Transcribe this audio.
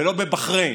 ולא בבחריין.